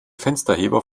fensterheber